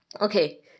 okay